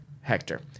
Hector